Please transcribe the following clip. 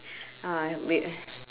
ah wait